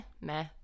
meh